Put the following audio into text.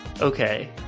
Okay